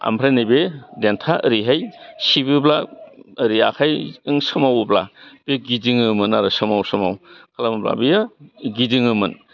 आमफ्राय नैबे देन्था ओरैहाय सिबोब्ला ओरै आखायजों सोमावोब्ला बे गिदिङोमोन आरो सोमाव सोमाव खालामोब्ला बेयो गिदिङोमोन